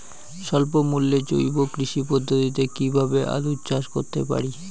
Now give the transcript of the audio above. স্বল্প মূল্যে জৈব কৃষি পদ্ধতিতে কীভাবে আলুর চাষ করতে পারি?